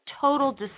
total